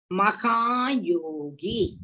mahayogi